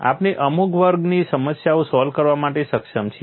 આપણે અમુક વર્ગની સમસ્યાઓ સોલ્વ કરવા માટે સક્ષમ છીએ